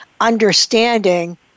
understanding